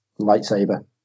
lightsaber